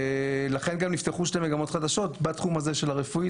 לכן גם נפתחו השנה שתי מגמות חדשות בתחום הזה של הרפואית: